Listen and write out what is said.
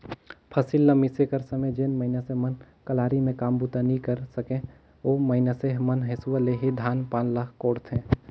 फसिल ल मिसे कर समे जेन मइनसे मन कलारी मे काम बूता नी करे सके, ओ मइनसे मन हेसुवा ले ही धान पान ल कोड़थे